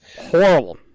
Horrible